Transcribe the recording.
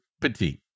Petite